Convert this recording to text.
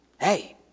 hey